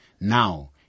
Now